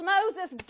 Moses